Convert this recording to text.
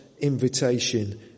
invitation